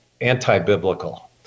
anti-biblical